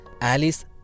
Alice